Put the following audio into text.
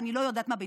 אני לא יודעת מה,